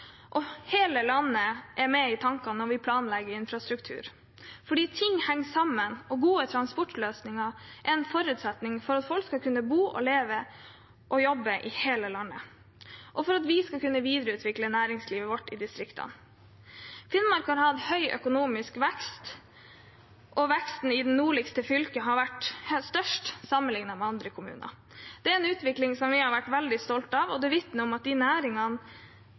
og hele landet er med i tankene når vi planlegger infrastruktur – for ting henger sammen, og gode transportløsninger er en forutsetning for at folk skal kunne bo, leve og jobbe i hele landet, og for at vi skal kunne videreutvikle næringslivet vårt i distriktene. Finnmark har hatt høy økonomisk vekst, og veksten i det nordligste fylket har vært størst sammenlignet med andre kommuner. Dette er en utvikling som vi har vært veldig stolte av, og den vitner om at de næringene